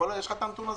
יש לך את הנתון הזה?